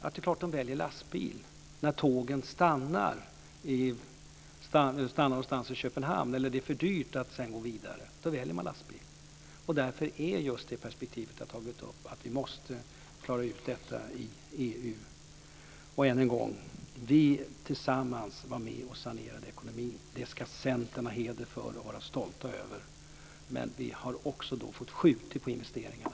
Det är klart att de väljer lastbil när tågen stannar någonstans vid Köpenhamn eller när det är för dyrt att sedan gå vidare. Då väljer man lastbil. Det perspektiv jag har tagit upp är att vi måste klara ut detta i EU. Vi tillsammans var med och sanerade ekonomin. Det ska Centern ha heder för och vara stolta över. Men vi har också fått skjuta på investeringarna.